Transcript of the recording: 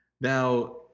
Now